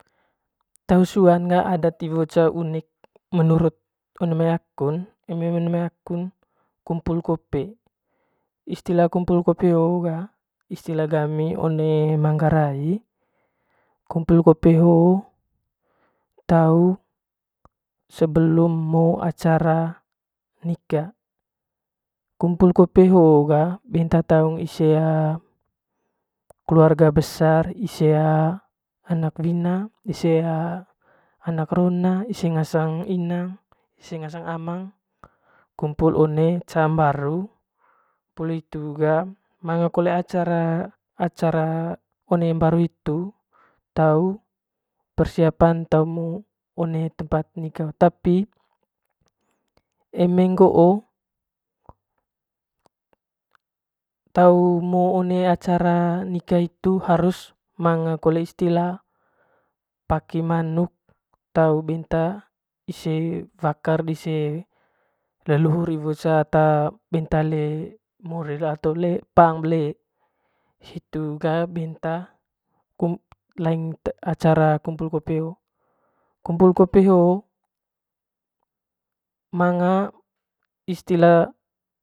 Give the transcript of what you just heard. Tesuan ga adat unik one mai akun eme one maii akunmpul kole istilah kumpul kope hoo ga istilah gami one manggarai kumpul kopee hoo tau sebelum mo acara nika kumpul kope hoo ga betnta taung ise a keluarga besar ise a annak wina ise a anak rona ise a ngasng inang ise ngasang amang kumpul one ca mbaru poli hitu ga manga kole acara acara one mbaru hitu tau persiapan tamu one tempat tapi eme ngoo tau mo one acara nika hitu harus manga kole istila paki manuk tau benta ise wakar dise lelluhur iwo ce ata benta le mori paang be le hitu ga benta laing acara kumpul kope hoo, kumpul kope hoo manga istila.